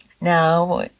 Now